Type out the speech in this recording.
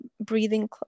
breathing